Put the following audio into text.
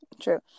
true